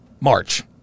March